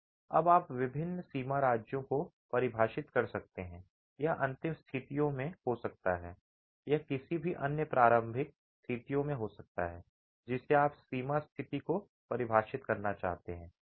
अब आप विभिन्न सीमा राज्यों को परिभाषित कर सकते हैं यह अंतिम स्थितियों में हो सकता है यह किसी भी अन्य प्रारंभिक स्थितियों में हो सकता है जिसे आप सीमा स्थिति को परिभाषित करना चाहते हैं